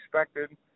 expected